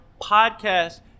podcast